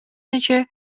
нече